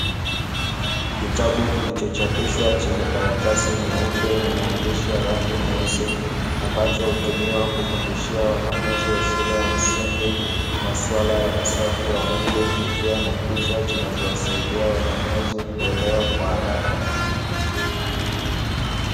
Kitabu kilichochapishwa chenye karatasi nyeupe na maandishi ya rangi nyeusi, ambacho hutumika kuwafundisha wanafunzi wa shule ya msingi. Maswala ya usafi wa mwili, kikiwa na picha zinazowasaidia wanafunzi kuelewa kwa haraka.